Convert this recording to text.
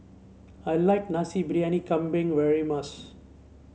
I like Nasi Briyani Kambing very much